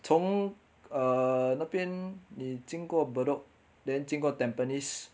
从 err 那边你经过 bedok then 经过 tampines